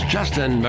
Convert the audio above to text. Justin